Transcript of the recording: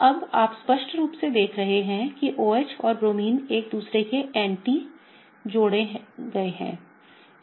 अब आप स्पष्ट रूप से देख रहे हैं कि OH और ब्रोमीन एक दूसरे के एंटी जोड़े गए हैं